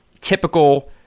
typical